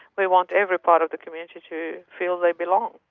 we want every part of the community to feel they belong.